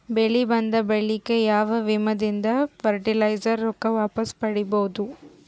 ಬೆಳಿ ಬಂದ ಬಳಿಕ ಯಾವ ವಿಮಾ ದಿಂದ ಫರಟಿಲೈಜರ ರೊಕ್ಕ ವಾಪಸ್ ಪಡಿಬಹುದು?